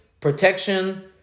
protection